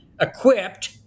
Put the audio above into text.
equipped